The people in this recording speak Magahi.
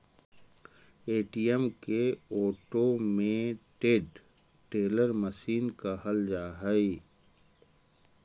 ए.टी.एम के ऑटोमेटेड टेलर मशीन कहल जा हइ